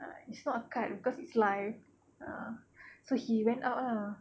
ah it's not a cut cause it's live ah so he went out ah